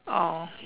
oh